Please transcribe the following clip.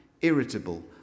irritable